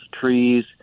trees